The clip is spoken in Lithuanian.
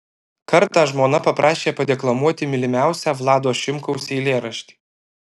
kartą žmona paprašė padeklamuoti mylimiausią vlado šimkaus eilėraštį